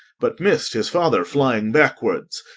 but missed his father flying backwards.